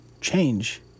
change